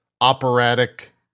operatic